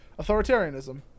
authoritarianism